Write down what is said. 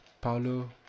Paulo